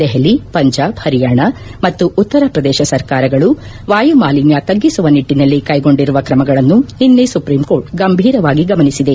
ದೆಹಲಿ ಪಂಜಾಬ್ ಪರಿಯಾಣ ಮತ್ತು ಉತ್ತರ ಪ್ರದೇಶ ಸರ್ಕಾರಗಳು ವಾಯು ಮಾಲಿನ್ಯ ತಗ್ಗಿಸುವ ನಿಟ್ಟನಲ್ಲಿ ಕೈಗೊಂಡಿರುವ ಕ್ರಮಗಳನ್ನು ನಿನ್ನೆ ಸುಪ್ರೀಂಕೋರ್ಟ್ ಗಂಭೀರವಾಗಿ ಗಮನಿಸಿದೆ